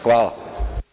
Hvala.